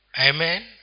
Amen